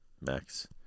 max